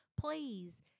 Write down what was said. please